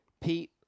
Pete